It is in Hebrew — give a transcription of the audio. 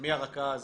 מי הרכז?